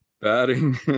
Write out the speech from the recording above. batting